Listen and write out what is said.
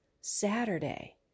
Saturday